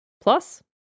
plus